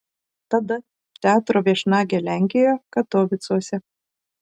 tada teatro viešnagė lenkijoje katovicuose